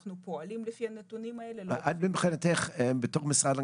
אנחנו פועלים לפי הנתונים האלה --- מבחינתך בתור המשרד,